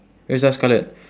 erza scarlet